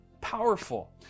powerful